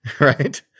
right